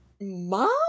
mom